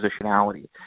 positionality